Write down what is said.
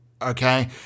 okay